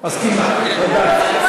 אני מסכימה לכול.